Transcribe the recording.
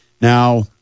Now